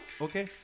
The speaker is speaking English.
okay